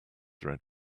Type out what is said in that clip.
read